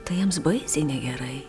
tai jiems baisiai negerai